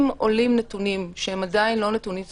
אם עולים נתונים שהם עדיין לא נתונים סופיים,